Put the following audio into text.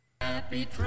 Happy